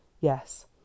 Yes